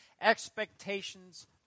expectations